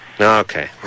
Okay